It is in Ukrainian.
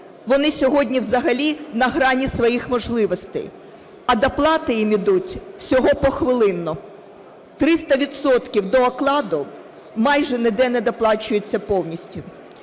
вони сьогодні взагалі на грані своїх можливостей, а доплати їм ідуть всього похвилинно. 300 відсотків до окладу майже ніде не доплачуються повністю.